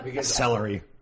celery